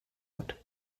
ort